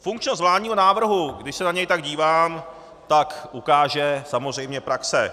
Funkčnost vládního návrhu, když se na něj tak dívám, ukáže samozřejmě praxe.